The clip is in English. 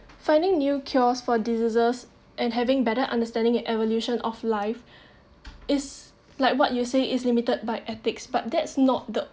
finding new cures for diseases and having better understanding evolution of life is like what you say is limited by ethics but that's not the